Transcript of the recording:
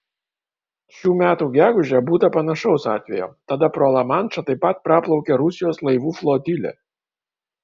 šių metų gegužę būta panašaus atvejo tada pro lamanšą taip pat praplaukė rusijos laivų flotilė